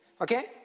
Okay